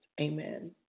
Amen